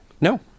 No